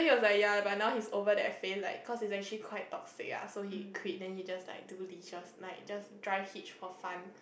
then he was like ya but he's over that phase like cause it's actually quite toxic ah so he quit then he just like do leisures like just drive hitch for fun